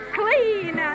clean